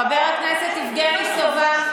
חבר הכנסת יבגני סובה.